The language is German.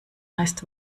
heißt